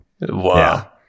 Wow